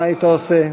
מה הייתי עושה?